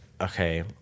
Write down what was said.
okay